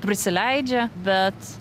prisileidžia bet